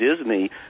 Disney